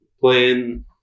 playing